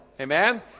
Amen